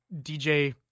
DJ